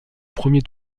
premier